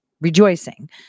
rejoicing